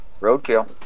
roadkill